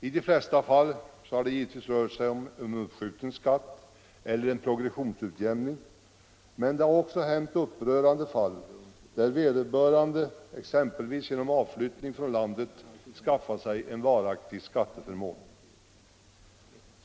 I de flesta fall har det givetvis rört sig om uppskjuten skatt eller progressionsutjämning, men det har också förekommit upprörande fall där vederbörande, exempelvis genom utflyttning från landet, skaffat sig en varaktig skatteförmån.